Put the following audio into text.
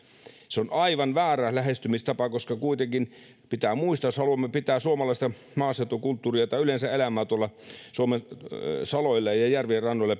se on aivan väärä lähestymistapa koska kuitenkin pitää muistaa että jos haluamme pitää pystyssä suomalaista maaseutukulttuuria tai yleensä elämää tuolla suomen saloilla ja ja järvien rannoilla